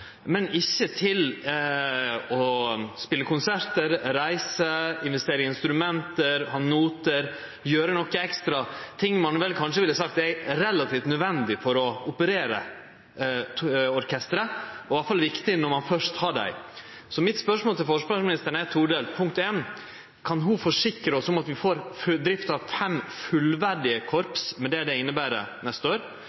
men ikkje til å spele konsertar, reise, investere i instrument, ha noter, gjere noko ekstra – ting ein kanskje ville sagt er relativt nødvendig for å operere orkesteret, og iallfall viktig når ein først har dei. Så spørsmålet mitt til forsvarsministeren er todelt: Kan ho forsikre oss om at vi får drift av fem fullverdige